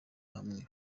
hamwe